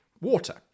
water